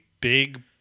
big